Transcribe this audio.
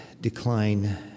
decline